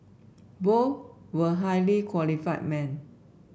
both were highly qualified men